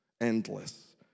endless